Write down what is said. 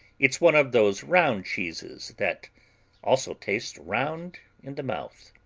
it's one of those round cheeses that also tastes round in the mouth.